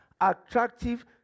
attractive